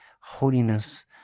holiness